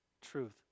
truth